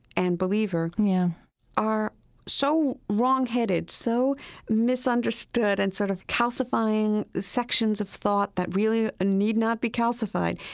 and believer yeah are so wrongheaded, so misunderstood, and sort of calcifying sections of thought that really ah need not be calcified,